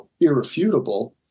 irrefutable